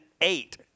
eight